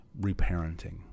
reparenting